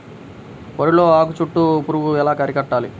వరిలో ఆకు చుట్టూ పురుగు ఎలా అరికట్టాలి?